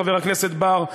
חבר הכנסת בר,